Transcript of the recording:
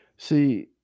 See